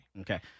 Okay